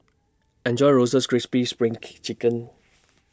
Enjoy Roasted Crispy SPRING K Chicken